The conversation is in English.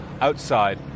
outside